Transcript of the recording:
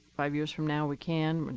five years from now we can.